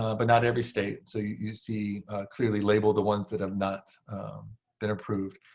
ah but not every state. so you see clearly labelled the ones that have not been approved.